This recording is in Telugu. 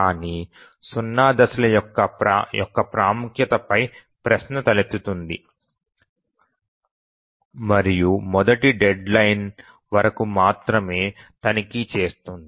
కానీ 0 దశల యొక్క ప్రాముఖ్యత పై ప్రశ్న తలెత్తుతుంది మరియు మొదటి డెడ్ లైన్ వరకు మాత్రమే తనిఖీ చేస్తుంది